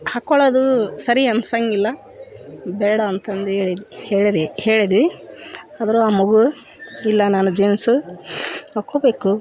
ಹಾಕಿಕೊಳ್ಳೋದು ಸರಿ ಅನಿಸಂಗಿಲ್ಲ ಬೇಡ ಅಂತಂದು ಹೇಳಿದ್ ಹೇಳದಿ ಹೇಳಿದ್ವಿ ಆದರೂ ಆ ಮಗು ಇಲ್ಲ ನಾನು ಜೀನ್ಸು ಹಾಕ್ಕೋಬೇಕು